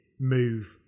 move